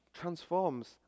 transforms